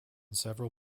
several